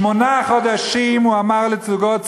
שמונה חודשים הוא אמר לזוגות צעירים: